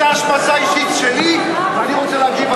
זו השמצה אישית שלי ואני רוצה להגיב על זה.